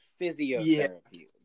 physiotherapy